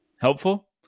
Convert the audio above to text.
helpful